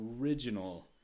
original